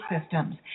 systems